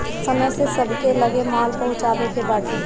समय से सबके लगे माल पहुँचावे के बाटे